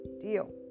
deal